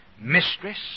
mistress